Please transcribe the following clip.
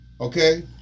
okay